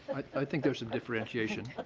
i think there's a differentiation.